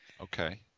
Okay